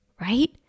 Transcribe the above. right